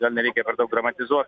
gal nereikia per daug dramatizuot